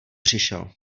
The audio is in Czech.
přišel